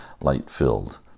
light-filled